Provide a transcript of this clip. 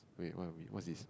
okay where are we what's this